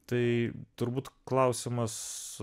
tai turbūt klausimas